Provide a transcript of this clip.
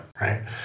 right